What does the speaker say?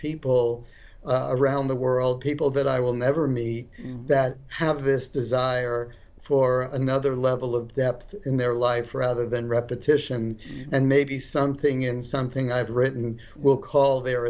people around the world people that i will never me that have this desire for another level of depth in their life rather than repetition and maybe something in something i've written will call their